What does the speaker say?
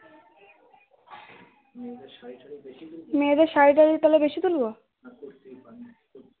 মেয়েদের শাড়ি টাড়ি তাহলে বেশি তুলবো